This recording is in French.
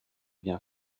vient